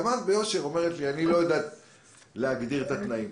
גם את אומרת ביושר שאת לא יודעת להגדיר את התנאים.